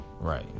right